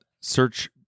Search